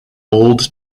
old